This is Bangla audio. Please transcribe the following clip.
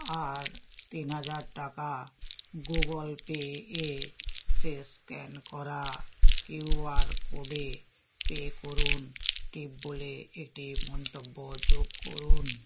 আর তিন হাজার টাকা গুগল পে এ শেষ স্ক্যান করা কিউ আর কোডে পে করুন টিপ বলে একটি মন্তব্য যোগ করুন